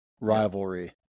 rivalry